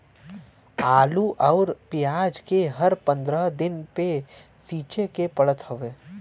आलू अउरी पियाज के हर पंद्रह दिन पे सींचे के पड़त हवे